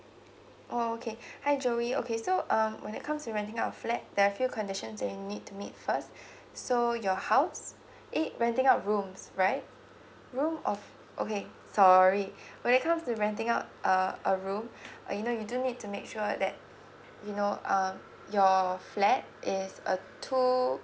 oh okay hi joey okay so um when it comes to renting our flat there're few conditions that you need to meet first so your house eh renting out rooms right room oh okay sorry when it comes to renting out uh a room uh you know you do need to make sure that you know um your flat is uh two